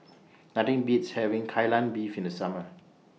Nothing Beats having Kai Lan Beef in The Summer